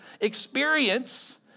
experience